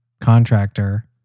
contractor